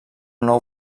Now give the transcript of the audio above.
nou